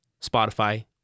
Spotify